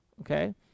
Okay